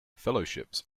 fellowships